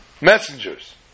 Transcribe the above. messengers